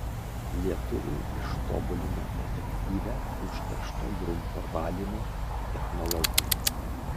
lietuviai ištobulino efektyvią užteršto grunto valymo technologiją